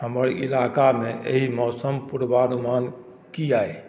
हमर इलाका मे एहि मौसम पूर्वानुमान की आइ